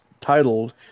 titled